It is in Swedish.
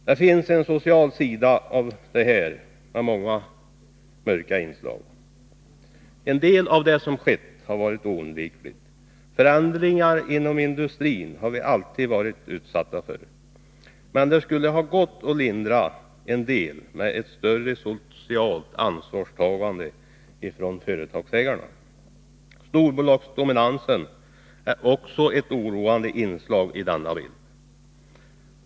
Det finns en social sida av detta med många mörka inslag. En del av det som skett har varit oundvikligt. Förändringar inom industrin har vi alltid varit utsatta för, men det skulle ha gått att lindra en del med ett större socialt ansvarstagande från företagsägarna. Storbolagsdominansen är också ett oroande inslag i denna bild.